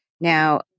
Now